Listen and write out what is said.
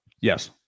Yes